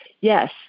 yes